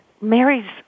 Mary's